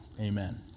amen